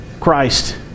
Christ